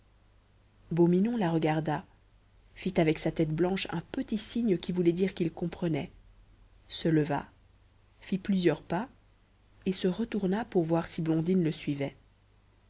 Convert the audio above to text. beau minon la regarda fit avec sa tête blanche un petit signe qui voulait dire qu'il comprenait se leva fit plusieurs pas et se retourna pour voir si blondine le suivait